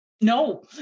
No